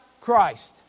Christ